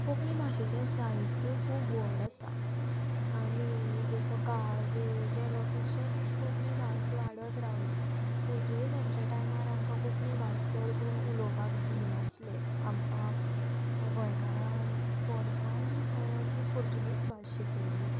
कोंकणी भाशेचें साहित्य खूब व्हड आसा आनी जसो काळ वेळ गेलो तशेंच कोंकणी भास वाडत रावली पुर्तुगेजांच्या टायमार आमकां कोंकणी भास चड करून उलोवपाक दिनासले आमकां गोंयकारांक फोर्सान अशी पुर्तुगीज भास शिकयली